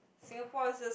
Singapore is just